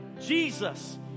Jesus